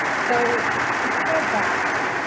so if we go back,